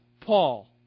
Paul